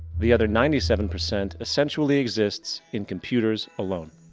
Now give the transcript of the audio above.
the other ninety seven percent essentially exists in computers alone.